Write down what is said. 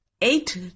eight